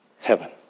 heaven